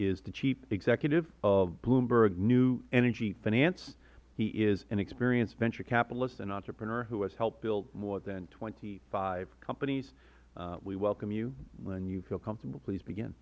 is the chief executive of bloomberg new energy finance he is an experienced venture capitalist and entrepreneur who has helped build more than twenty five companies we welcome you when you feel comfortable please